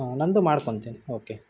ಹ್ಞೂ ನನ್ನದು ಮಾಡ್ಕೊಳ್ತೀನಿ ಓಕೆ